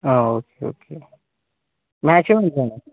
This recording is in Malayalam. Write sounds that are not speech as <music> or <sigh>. ആ ഓക്കെ ഓക്കെ മാക്സിമം <unintelligible>